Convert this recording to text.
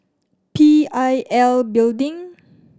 P I L Building